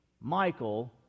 michael